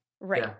Right